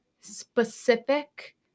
Specific